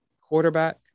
quarterback